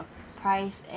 priced